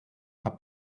are